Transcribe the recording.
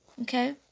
Okay